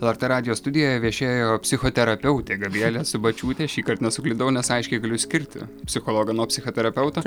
lrt radijo studijoje viešėjo psichoterapeutė gabrielė subačiūtė šįkart nesuklydau nes aiškiai galiu skirti psichologą nuo psichoterapeuto